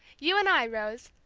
you and i, rose,